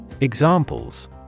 Examples